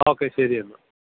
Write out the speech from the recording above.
okay ശരി എന്നാൽ